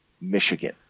Michigan